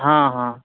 हँ हँ